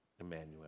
emmanuel